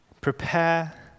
Prepare